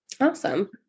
awesome